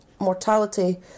Mortality